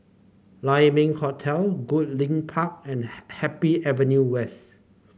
Lai Ming Hotel Goodlink Park and Happy Avenue West